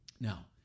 Now